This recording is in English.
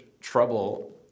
trouble